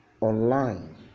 online